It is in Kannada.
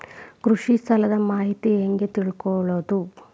ಕೃಷಿ ಸಾಲದ ಮಾಹಿತಿ ಹೆಂಗ್ ತಿಳ್ಕೊಳ್ಳೋದು?